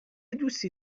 دوستی